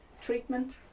treatment